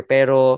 Pero